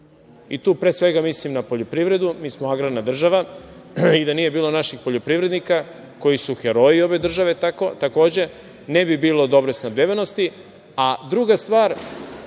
i tu, pre svega, mislim na poljoprivredu. Mi smo agrarna država. Da nije bilo naših poljoprivrednika, koji su heroji ove države, takođe, ne bi bilo dobre snabdevenosti. Druga stvar